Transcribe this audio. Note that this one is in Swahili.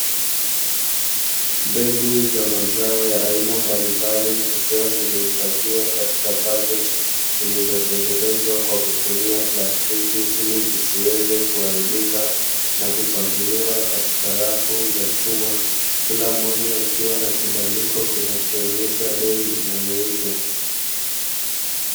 Mbegu za mazao ya aina mbalimbali zikiwa zimehifadhiwa katika paketi zilizotengenezwa kwa kutumia plastiki ili zisiweze kuharibika, na kupangiliwa katika rafu za chuma, kila mmoja akiwa na kibandiko kinachoonyesha bei inayouzwa.